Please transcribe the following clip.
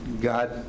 God